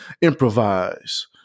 improvise